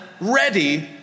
ready